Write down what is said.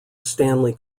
stanley